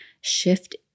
shift